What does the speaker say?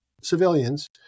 civilians